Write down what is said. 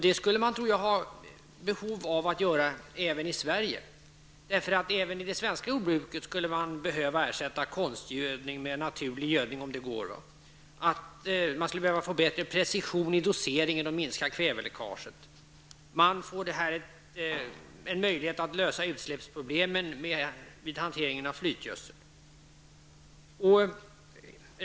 Det skulle man, tror jag, behöva göra även i Sverige, därför att vi även i det svenska jordbruket skulle behöva ersätta konstgödsel med naturlig gödning, om det går. Vi skulle med en bättre precision av doseringen kunna minska kväveläckaget. Här får man en möjlighet att lösa utsläppsproblemen vid hantering av flytgödsel.